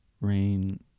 Rain